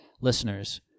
listeners